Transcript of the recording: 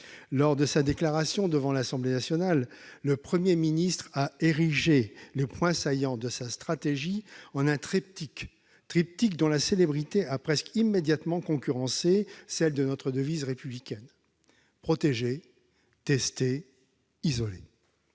Lors de sa déclaration devant l'Assemblée nationale, le Premier ministre a érigé le point saillant de sa stratégie en un triptyque, dont la célébrité a presque immédiatement concurrencé celle de notre devise républicaine : protéger, tester isoler